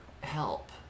help